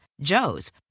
Joe's